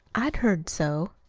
i had heard so.